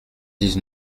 dix